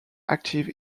active